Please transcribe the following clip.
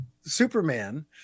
Superman